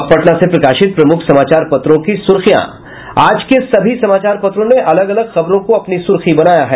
अब पटना से प्रकाशित प्रमुख समाचार पत्रों की सुर्खियां आज के सभी समाचार पत्रों ने अलग अलग खबरों को अपनी सुर्खी बनाया है